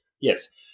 Yes